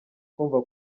kumva